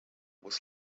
was